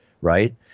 right